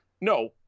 No